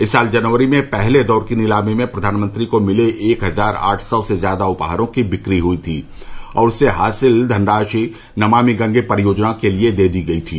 इस साल जनवरी में पहले दौर की नीलामी में प्रधानमंत्री को मिले एक हजार आठ सौ से ज्यादा उपहारों की बिक्री हई थी और उससे हासिल धनराशि नमामि गंगे परियोजना के लिये दे दी गयी थी